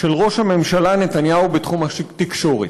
של ראש הממשלה נתניהו בתחום התקשורת.